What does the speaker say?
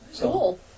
Cool